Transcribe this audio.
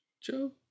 Joe